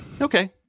Okay